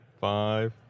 five